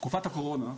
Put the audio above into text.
בתקופת הקורונה,